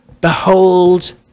Behold